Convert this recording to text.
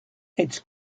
its